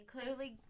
Clearly